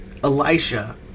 Elisha